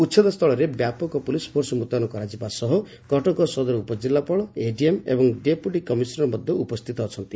ଉଛେଦ ସ୍ଛଳରେ ବ୍ୟାପକ ପୁଲିସ୍ ଫୋର୍ସ ମୁତୟନ କରାଯିବା ସହ କଟକ ସଦର ଉପକିଲ୍କୁପାଳ ଏଡିଏମ୍ ଓ ଡେପୁଟି କମିଶନର ମଧ୍ଧ ଉପସ୍ଥିତ ଅଛନ୍ତି